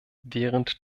während